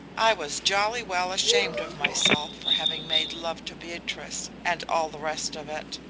i was jolly well ashamed of myself for having made love to beatrice, and all the rest of it,